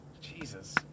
Jesus